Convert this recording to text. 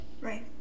Right